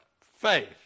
Faith